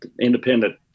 independent